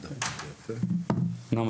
נועם,